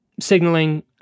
signaling